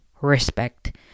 respect